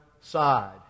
side